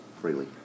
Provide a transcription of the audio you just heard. Freely